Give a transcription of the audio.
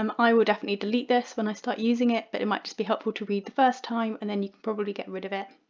um i will definitely delete this when i start using it but it might just be helpful to read the first time and then you can probably get rid of it.